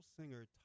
singer